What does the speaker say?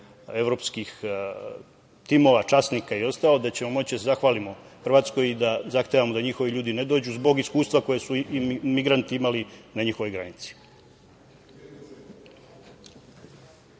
evropskih timova, časnika i ostalo, da ćemo moći da zahvalimo Hrvatskoj i da zahtevamo da njihovi ljudi ne dođu, zbog iskustva koje su migranti imali na njihovoj granici?